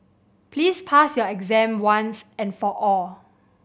please pass your exam once and for all